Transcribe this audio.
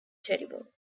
terrible